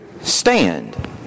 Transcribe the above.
stand